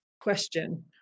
question